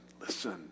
listen